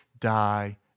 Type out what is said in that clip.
die